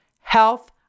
health